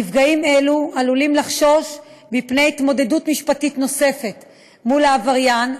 נפגעים אלו עלולים לחשוש מפני התמודדות משפטית נוספת עם העבריין,